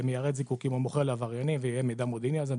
שמיירט זיקוקין או מוכר לעבריינים ויהיה מידע מודיעיני על זה,